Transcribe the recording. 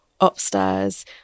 upstairs